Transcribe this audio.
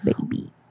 baby